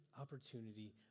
opportunity